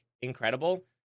incredible